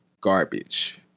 garbage